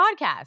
podcast